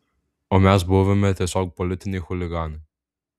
o mes buvome tiesiog politiniai chuliganai